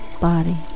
body